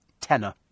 Tenor